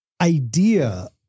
idea